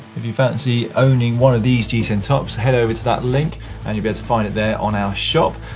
if you fancy owning one of these gcn tops head over to that link and you'll be able to find it there on our shop.